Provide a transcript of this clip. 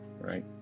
right